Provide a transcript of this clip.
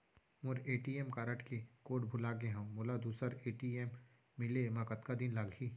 मोर ATM card के code भुला गे हव, मोला दूसर ए.टी.एम मिले म कतका दिन लागही?